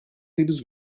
henüz